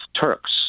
Turks